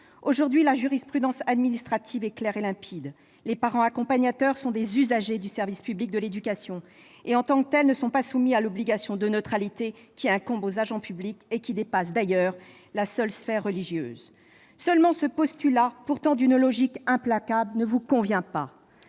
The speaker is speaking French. Aujourd'hui, la jurisprudence administrative est claire et limpide : les parents accompagnateurs sont des usagers du service public de l'éducation et, en tant que tels, ne sont pas soumis à l'obligation de neutralité qui incombe aux agents publics et qui dépasse, d'ailleurs, la seule sphère religieuse. Seulement, ce postulat, pourtant d'une logique implacable, ne vous convient pas.